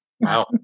wow